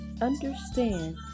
understand